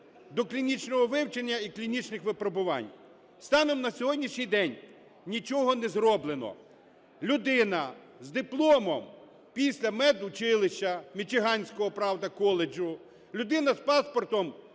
доклінічного вивчення і клінічних випробувань. Станом на сьогоднішній день нічого не зроблено. Людина з дипломом після медучилища мічиганського, правда, коледжу, людина з паспортом